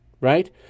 right